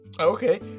Okay